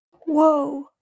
Whoa